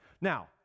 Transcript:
Now